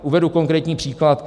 Uvedu konkrétní příklad.